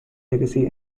legacy